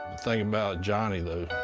thing about johnny, though,